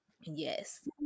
Yes